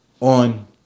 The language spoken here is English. on